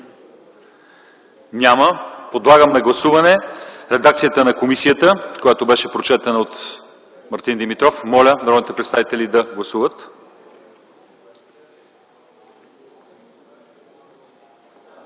Няма. Подлагам на гласуване редакцията на комисията, която беше прочетена от Мартин Димитров. Гласували 88 народни представители: за